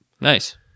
Nice